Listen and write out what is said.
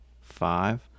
five